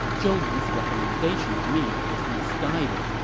zhou yu's recommendation of me is misguided.